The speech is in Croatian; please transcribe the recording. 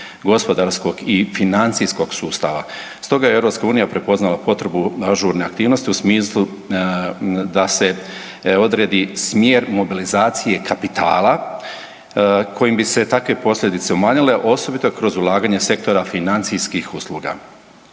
gospodarskog i financijskog sustava. Stoga je EU prepoznala potrebu ažurne aktivnosti u smislu da se odredi smjer mobilizacije kapitala kojim bi se takve posljedice umanjile osobito kroz ulaganja sektora financijskih usluga.